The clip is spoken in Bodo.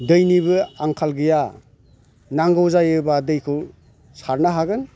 दैनिबो आंखाल गैया नांगौ जायोबा दैखौ सारनो हागोन